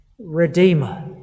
redeemer